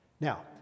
Now